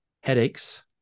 headaches